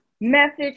message